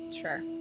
Sure